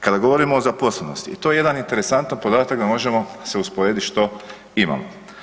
Kada govorimo o zaposlenosti i to je jedan interesantan podatak da možemo se usporedit što imamo.